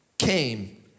came